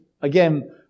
Again